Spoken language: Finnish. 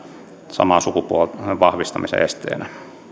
sukupuolen vahvistamisen esteenä